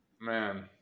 man